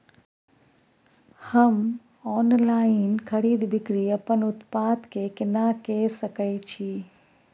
हम ऑनलाइन खरीद बिक्री अपन उत्पाद के केना के सकै छी?